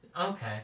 Okay